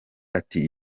ati